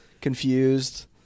confused